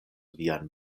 vian